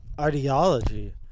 ideology